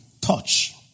touch